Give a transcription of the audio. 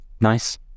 Nice